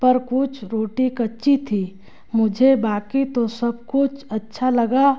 पर कुछ रोटी कच्ची थी मुझे बाकी तो सब कुछ अच्छा लगा